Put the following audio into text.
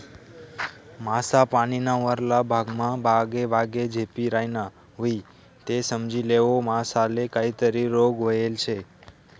मासा पानीना वरला भागमा बागेबागे झेपी रायना व्हयी ते समजी लेवो मासाले काहीतरी रोग व्हयेल शे